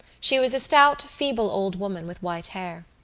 she was a stout feeble old woman with white hair.